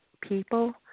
people